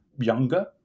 younger